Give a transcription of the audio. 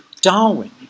Darwin